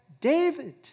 David